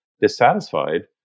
dissatisfied